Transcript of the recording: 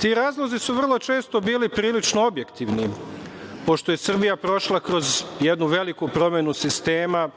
Ti razlozi su vrlo često bili prilično objektivni, pošto je Srbija prošla kroz jednu veliku promenu sistema